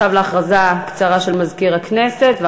אנחנו עוברים להכרזה קצרה של מזכיר הכנסת,